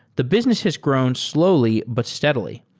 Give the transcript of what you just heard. the business has grown slowly, but steadily.